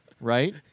right